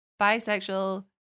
Bisexual